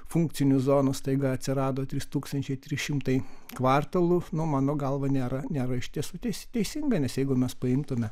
funkcinių zonų staiga atsirado trys tūkstančiai trys šimtai kvartalų nu mano galva nėra nėra iš tiesų tei teisinga nes jeigu mes paimtume